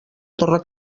torre